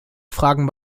fragen